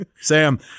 Sam